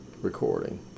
recording